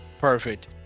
Perfect